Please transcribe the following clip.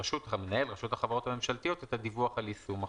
למנהל רשות החברות הממשלתיות את הדיווח על יישום החוק.